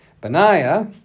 Benaiah